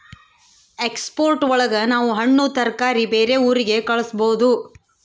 export ಒಳಗ ನಾವ್ ಹಣ್ಣು ತರಕಾರಿ ಬೇರೆ ಊರಿಗೆ ಕಳಸ್ಬೋದು